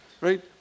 right